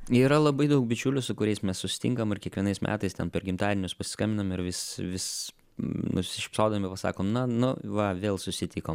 yra labai daug bičiulių su kuriais mes susitinkam ir kiekvienais metais ten per gimtadienius pasiskambinam ir vis vis nusišypsodami va sakom na nu va vėl susitikom